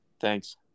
Thanks